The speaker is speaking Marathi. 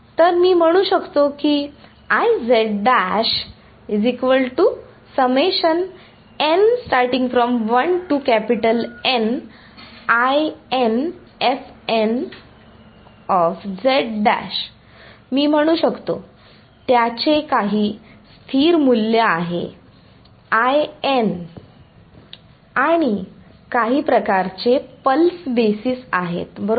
तर मी म्हणू शकतो की मी म्हणू शकतो त्याचे काही स्थिर मूल्य आहे आणि काही प्रकारचे पल्स बेसिसआहेत बरोबर